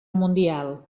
mundial